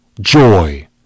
joy